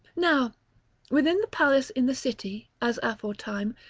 now within the palace in the city, as aforetime,